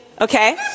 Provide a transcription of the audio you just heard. okay